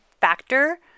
factor